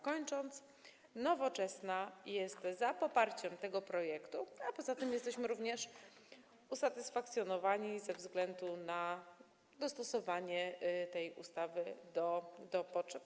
Kończąc, Nowoczesna jest za poparciem tego projektu, a poza tym jesteśmy również usatysfakcjonowani ze względu na dostosowanie tej ustawy do potrzeb.